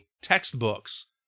textbooks